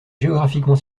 géographiquement